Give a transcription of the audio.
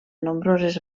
nombroses